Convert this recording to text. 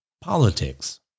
politics